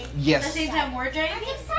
Yes